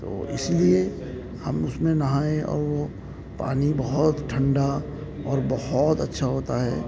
تو اس لیے ہم اس میں نہائے اور وہ پانی بہت ٹھنڈا اور بہت اچھا ہوتا ہے